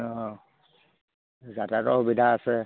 অঁ যাতায়তৰ সুবিধা আছে